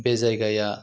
बे जायगाया